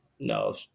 No